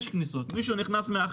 ומישהו נכנס.